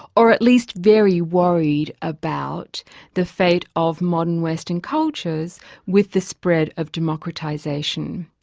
or at least, very worried about the fate of modern western cultures with the spread of democratisation.